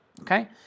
okay